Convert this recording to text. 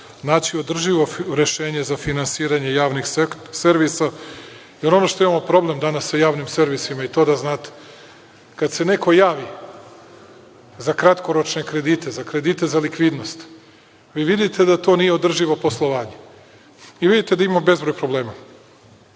naći održivo rešenje za finansiranje javnih servisa, jer ono što imamo problem danas sa javnim servisima, i to da znate, kada se neko javi za kratkoročne kredite, za kredite za likvidnost, vi vidite da to nije održivo poslovanje i vidite da ima bezbroj problema.